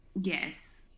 Yes